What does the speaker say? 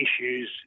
issues